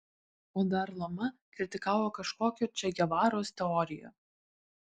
o dar lama kritikavo kažkokio če gevaros teoriją